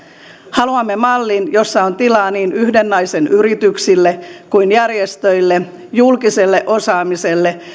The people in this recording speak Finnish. haluamme mallin jossa on tilaa niin yhden naisen yrityksille kuin järjestöille julkiselle osaamiselle